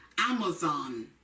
Amazon